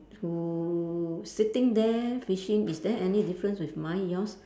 who sitting there fishing is there any difference with mine and yours